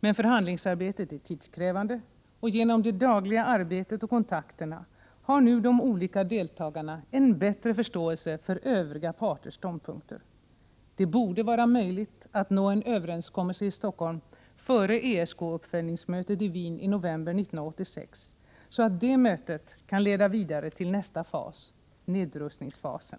men förhandlingsarbetet är tidskrävande. Genom det dagliga arbetet och kontakterna har nu de olika deltagarna en bättre förståelse för övriga parters ståndpunkter. Det borde vara möjligt att nå en överenskommelse i Stockholm före ESK-uppföljningsmötet i Wien i november 1986, så att det mötet kan leda vidare till nästa fas — nedrustningsfasen.